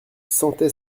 sentait